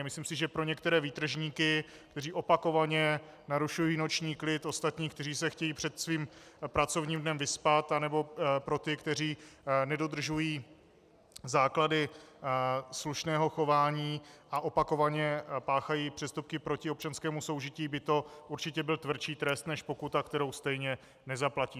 Myslím si, že pro některé výtržníky, kteří opakovaně narušují noční klid ostatních, kteří se chtějí před svým pracovním dnem vyspat, anebo pro ty, kteří nedodržují základy slušného chování a opakovaně páchají přestupky proti občanskému soužití, by to určitě byl tvrdší trest než pokuta, kterou stejně nezaplatí.